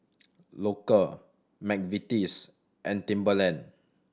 Loacker McVitie's and Timberland